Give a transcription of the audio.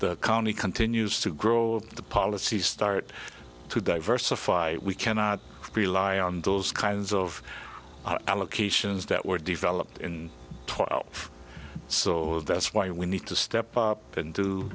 the county continues to grow the policies start to diversify we cannot rely on those kinds of allocations that were developed in twelve so that's why we need to step up and do